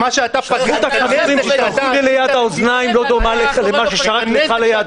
--- כמות --- ליד האוזניים לא דומה --- לך ליד